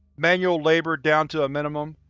manual labor down to a minimum.